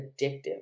addictive